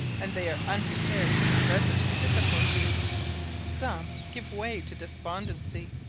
and they are unprepared for the present difficulties some give way to despondency,